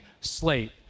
slate